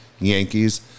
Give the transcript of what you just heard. Yankees